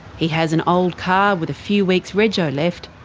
he has an old car with a few weeks rego left,